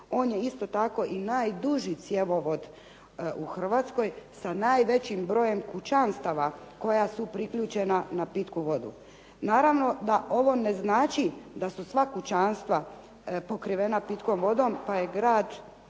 on je isto tako i najduži cjevovod u Hrvatskoj sa najvećim brojem kućanstava koja su priključena na pitku vodu. Naravno da ovo ne znači da su sva kućanstva pokrivena pitkom vodom, pa je grad